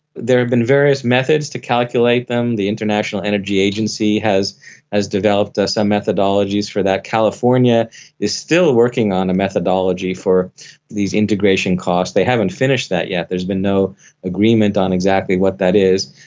there have been various methods to calculate them. the international energy agency has developed some methodologies for that. california is still working on a methodology for these integration costs. they haven't finished that yet, there's been no agreement on exactly what that is,